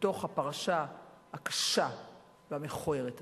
בתוך הפרשה הקשה והמכוערת הזאת.